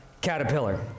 Caterpillar